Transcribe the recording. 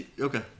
Okay